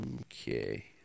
Okay